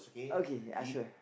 okay I swear